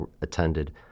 attended